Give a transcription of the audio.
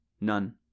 None